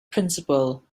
principle